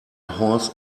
horse